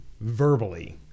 verbally